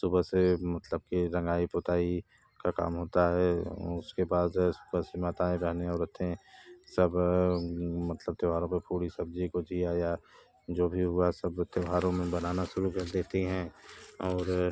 सुबह से मतलब कि रंगाई पोताई का काम होता है ओ उसके बाद आस पास की माताऍं बहनें औरतें सब मतलब त्यौहारों पर पूरी सब्ज़ी गुझिया या जो भी हुआ सब त्यौहारों में बनाना शुरू कर देती हैं और